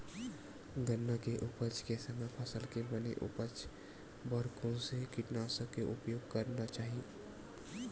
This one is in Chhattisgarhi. गन्ना के उपज के समय फसल के बने उपज बर कोन से कीटनाशक के उपयोग करना चाहि?